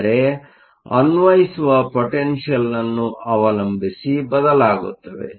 ಆದರೆ ಅನ್ವಯಿಸುವ ಪೊಟೆನ್ಷಿಯಲ್ ಅನ್ನು ಅವಲಂಬಿಸಿ ಬದಲಾಗುತ್ತವೆ